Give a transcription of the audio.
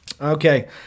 Okay